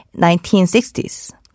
1960s